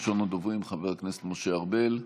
ראשון הדוברים, חבר הכנסת משה ארבל,